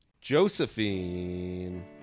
Josephine